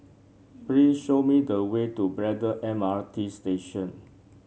please show me the way to Braddell M R T Station